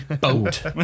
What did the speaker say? boat